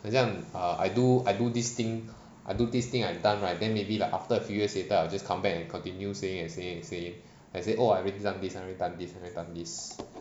很像 I do I do this thing I do this thing I've done right then maybe like after a few years later I will just come back and continue saying and saying and saying I say oh I've already done this I've already done this I've already done this